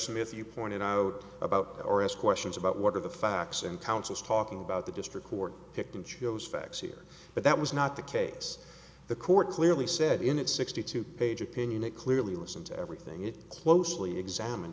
smith you pointed out about or ask questions about what are the facts in counsel's talking about the district court picked and chose facts here but that was not the case the court clearly said in its sixty two page opinion it clearly listened to everything it closely examined